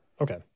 Okay